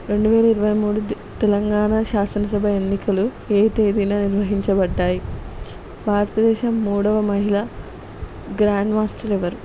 రెండు వేల ఇరవై మూడు తెలంగాణ శాసనసభ ఎన్నికలు ఏ తేదీన నిర్వహించబడ్డాయి భారతదేశం మూడో మహిళ గ్రాండ్ మాస్టర్ ఎవరు